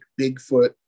Bigfoot